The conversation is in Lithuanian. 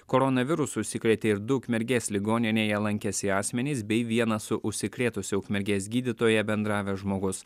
koronavirusu užsikrėtė ir du ukmergės ligoninėje lankęsi asmenys bei vienas su užsikrėtusia ukmergės gydytoja bendravęs žmogus